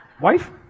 Wife